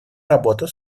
работу